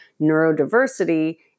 neurodiversity